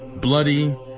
bloody